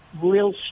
real